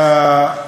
באיזה מובן?